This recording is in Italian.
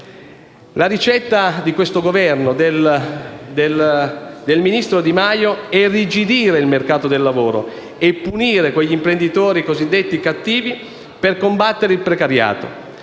La ricetta di questo Governo e del ministro Di Maio è irrigidire il mercato del lavoro e punire quegli imprenditori cosiddetti cattivi, per combattere il precariato.